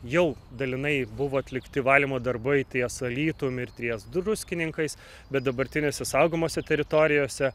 jau dalinai buvo atlikti valymo darbai ties alytum ir ties druskininkais bet dabartinėse saugomose teritorijose